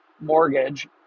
mortgage